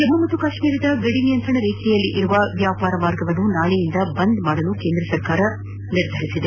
ಜಮ್ನು ಮತ್ತು ಕಾಶ್ನೀರದ ಗಡಿ ನಿಯಂತ್ರಣ ರೇಖೆಯಲ್ಲಿರುವ ವ್ಯಾಪಾರ ಮಾರ್ಗವನ್ನು ನಾಳೆಯಿಂದ ಬಂದ್ ಮಾಡಲು ಕೇಂದ್ರ ಸರ್ಕಾರ ನಿರ್ಧರಿಸಿದೆ